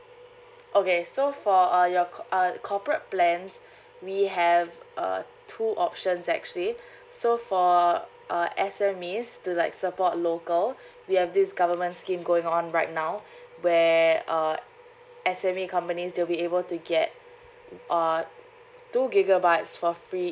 okay so for uh your uh corporate plans we have uh two options actually so for uh S_M_Es to like support local we have this government scheme going on right now where uh S_M_E companies they'll be able to get uh two gigabytes for free